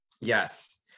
Yes